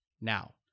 Now